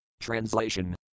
Translation